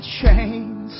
chains